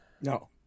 No